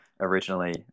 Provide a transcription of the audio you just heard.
originally